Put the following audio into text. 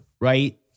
right